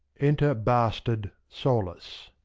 enter bastard solus.